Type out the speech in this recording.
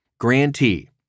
Grantee